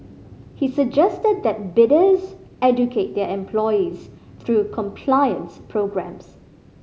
he suggested that bidders educate their employees through compliance programmes